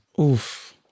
Oof